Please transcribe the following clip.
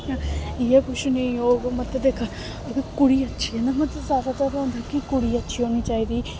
इ'यै कुछ नेईं होग मत दिक्ख अगर कुड़ी अच्छी ऐ ना मतलब जैदातर होंदा कि कुड़ी अच्छी होनी चाहिदी